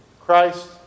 Christ